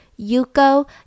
Yuko